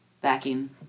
backing